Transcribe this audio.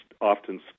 often